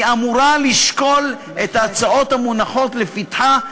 היא אמורה לשקול את ההצעות המונחות לפתחה,